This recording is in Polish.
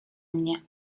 mnie